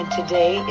today